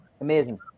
amazing